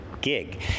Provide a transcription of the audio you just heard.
gig